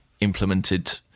implemented